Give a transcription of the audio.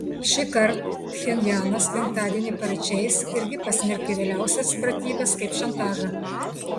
šįkart pchenjanas penktadienį paryčiais irgi pasmerkė vėliausias pratybas kaip šantažą